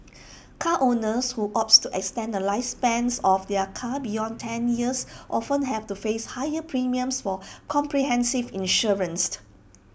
car owners who opt to extend the lifespan of their car beyond ten years often have to face higher premiums for comprehensive insurance